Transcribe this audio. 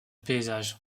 paysage